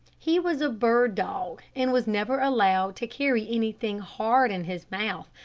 he was a bird dog, and was never allowed to carry anything hard in his mouth,